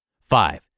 Five